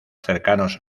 cercanos